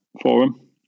Forum